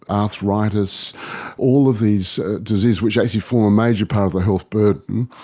arthritis all of these diseases which actually form a major part of the health burden.